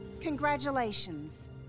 congratulations